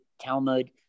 Talmud